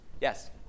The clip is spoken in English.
Yes